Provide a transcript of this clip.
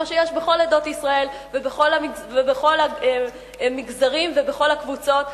כמו שיש בכל עדות ישראל ובכל המגזרים ובכל הקבוצות,